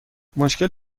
مشکل